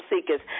seekers